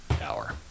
Hour